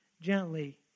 gently